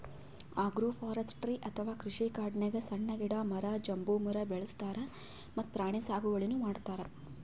agroforestry ಅಥವಾ ಕೃಷಿಕಾಡ್ನಾಗ್ ಸಣ್ಣ್ ಗಿಡ, ಮರ, ಬಂಬೂ ಮರ ಬೆಳಸ್ತಾರ್ ಮತ್ತ್ ಪ್ರಾಣಿ ಸಾಗುವಳಿನೂ ಮಾಡ್ತಾರ್